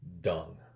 dung